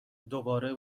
دوباره